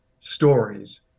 stories